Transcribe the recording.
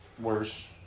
worse